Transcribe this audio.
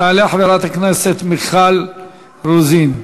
תעלה חברת כנסת מיכל רוזין.